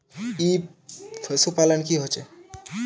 ई पशुपालन की होचे?